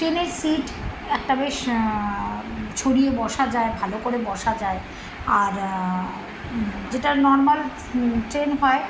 ট্রেনের সিট একটা বেশ ছড়িয়ে বসা যায় ভালো করে বসা যায় আর যেটা নর্মাল ট্রেন হয়